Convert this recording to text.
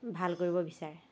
ভাল কৰিব বিচাৰে